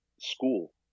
school